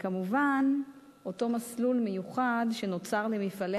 וכמובן את אותו מסלול מיוחד שנוצר למפעלי